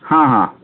ହଁ ହଁ